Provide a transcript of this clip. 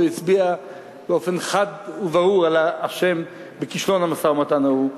כשהוא הצביע באופן חד וברור על האשם בכישלון המשא-ומתן ההוא.